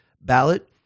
ballot